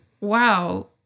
Wow